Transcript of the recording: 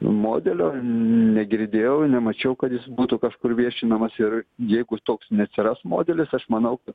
modelio negirdėjau nemačiau kad jis būtų kažkur viešinamas ir jeigu toks neatsiras modelis aš manau ka